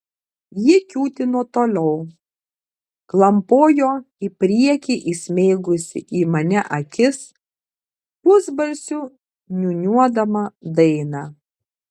ji kiūtino toliau klampojo į priekį įsmeigusi į mane akis pusbalsiu niūniuodama dainą